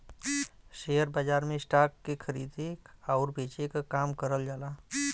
share बाजार में stock के खरीदे आउर बेचे क काम करल जाला